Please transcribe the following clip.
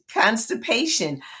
Constipation